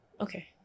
okay